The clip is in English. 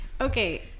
okay